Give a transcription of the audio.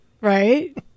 Right